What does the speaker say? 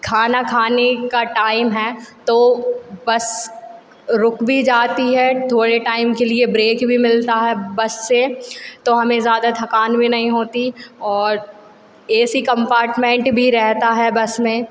खाना खाने का टाइम है तो बस रुक भी जाती है थोड़े टाइम के लिए ब्रेक भी मिलता है बस से तो हमें ज़्यादा थकान भी नहीं होती और ए सी कम्पार्टमेंट भी रहता है बस में